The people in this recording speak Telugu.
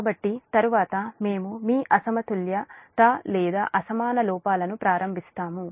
కాబట్టి తరువాత మేము మీ అసమతుల్యత లేదా అసమాన లోపాలను ప్రారంభిస్తాము